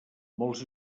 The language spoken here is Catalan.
molts